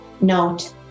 note